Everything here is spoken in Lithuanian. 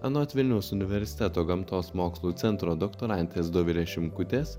anot vilniaus universiteto gamtos mokslų centro doktorantės dovilės šimkutės